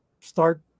start